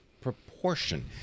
proportion